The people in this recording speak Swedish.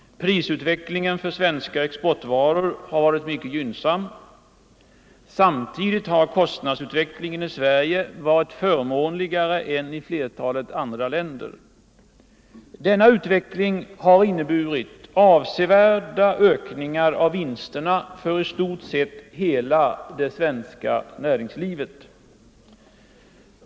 Prisutvecklingen för svenska exportvaror har varit mycket gynnsam. Samtidigt har kostnadsutvecklingen i Sverige varit förmånligare än i flertalet andra länder. Denna utveckling har inneburit avsevärda ökningar av vinsterna för i stort sett hela det svenska näringslivet.